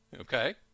Okay